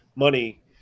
money